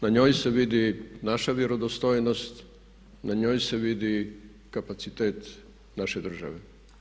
Na njoj se vidi naša vjerodostojnost, na njoj se vidi kapacitet naše države.